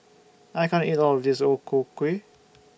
I can't eat All of This O Ku Kueh